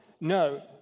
No